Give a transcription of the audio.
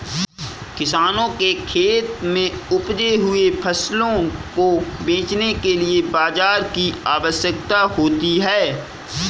किसानों के खेत में उपजे हुए फसलों को बेचने के लिए बाजार की आवश्यकता होती है